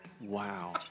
Wow